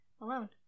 alone